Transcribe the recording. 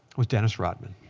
was dennis rodman.